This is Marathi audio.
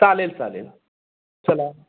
चालेल चालेल चला